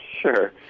Sure